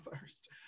first